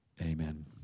amen